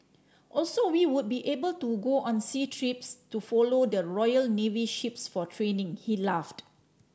also we would be able to go on sea trips to follow the Royal Navy ships for training he laughed